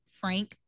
frank